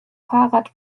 fahrrad